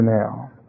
now